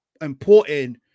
important